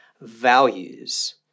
values